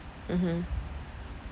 mmhmm